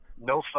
No